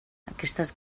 aquestes